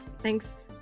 Thanks